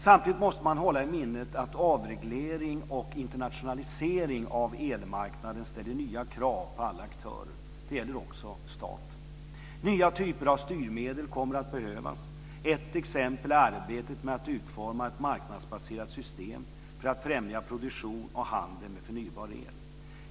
Samtidigt måste man hålla i minnet att avreglering och internationalisering av elmarknaden ställer nya krav på alla aktörer. Det gäller också staten. Nya typer av styrmedel kommer att behövas. Ett exempel är arbetet med att utforma ett marknadsbaserat system för att främja produktion och handel med förnybar el.